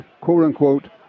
quote-unquote